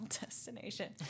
destination